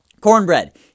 Cornbread